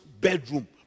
bedroom